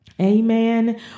Amen